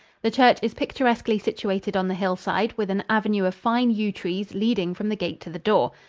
the church is picturesquely situated on the hillside, with an avenue of fine yew trees leading from the gate to the door.